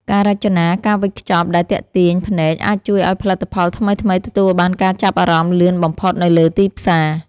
ការរចនាការវេចខ្ចប់ដែលទាក់ទាញភ្នែកអាចជួយឱ្យផលិតផលថ្មីៗទទួលបានការចាប់អារម្មណ៍លឿនបំផុតនៅលើទីផ្សារ។